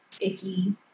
icky